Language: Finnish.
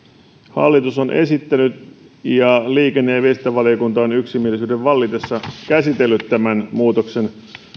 hallitus on esittänyt ja liikenne ja viestintävaliokunta on yksimielisyyden vallitessa käsitellyt tämän muutoksen